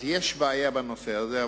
אז יש בעיה בנושא הזה,